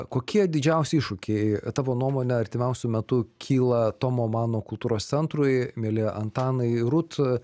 kokie didžiausi iššūkiai tavo nuomone artimiausiu metu kyla tomo mano kultūros centrui mieli antanai rūt